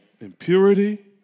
impurity